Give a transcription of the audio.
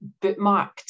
bookmarked